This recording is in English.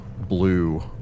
blue